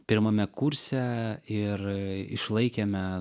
pirmame kurse ir išlaikėme